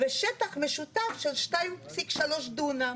ושטח משותף של 2.3 דונם.